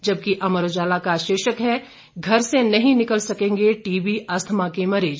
जबकि अमर उजाला का शीर्षक है घर से नहीं निकल सकेंगे टीबी अस्थमा के मरीज